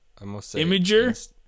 Imager